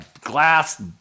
glass